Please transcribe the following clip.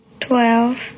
Twelve